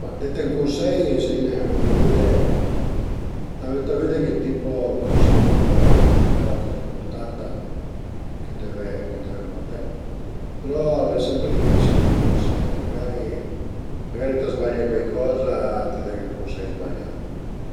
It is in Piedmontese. Ma dete ün cunsei sai nen, venta vëde venta vëde che tipo d'cunsei che t'völe, coza al e la coza ëmpurtanta che dëve che dëve guardé, però al e sempre dificil de i cunsei, magari magari të zbaglie cuaicoza, t'i daghe ël cunsei zbaglià,